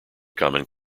common